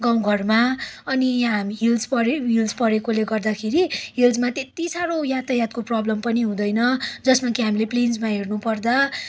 गाउँघरमा अनि यहाँ हामी हिल्स पर्यो हिल्स परेकोले गर्दाखेरि हिल्समा त्यति साह्रो यातायातको प्रब्लम पनि हुँदैन जसमा कि हामीले प्लेन्समा हेर्नुपर्दा